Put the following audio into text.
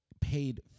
paid